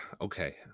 okay